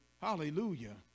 Hallelujah